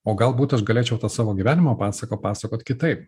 o galbūt aš galėčiau tą savo gyvenimo pasaką pasakot kitaip